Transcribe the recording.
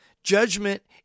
Judgment